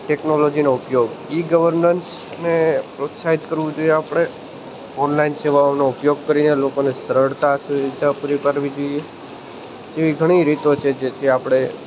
ટેક્નોલોજીનો ઉપયોગ ઈ ગવર્નન્સને પ્રોત્સાહિત કરવું જોઈએ આપણે ઓનલાઈન સેવાઓનો ઉપયોગ કરીને લોકોને સરળતા હશે એ રીતે પૂરી પાડવી જોઈએ એવી ઘણી રીતો છે જેથી આપણે